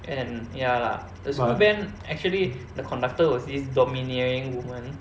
and ya lah the school band actually the conductor was this domineering woman